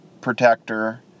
protector